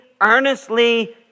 earnestly